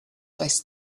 does